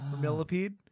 millipede